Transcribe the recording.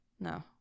no